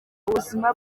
ubuzima